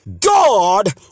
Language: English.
God